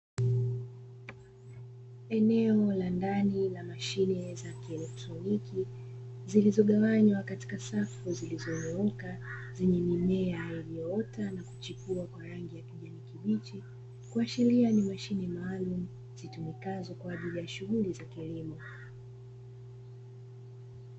Eneo la ndani la mashine za kielektoniki, zilizogawanywa katika safu zilizonyooka, zenye mimea iliyoota na kuchepua kwa rangi ya kijani kibichi; kuashiria ni mashine maalumu zitumikazo kwa ajili ya shughuli za kilimo.